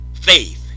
faith